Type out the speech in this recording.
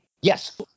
yes